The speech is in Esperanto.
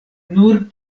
nur